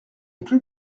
plus